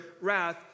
wrath